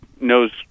knows